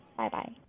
Bye-bye